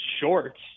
shorts